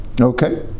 Okay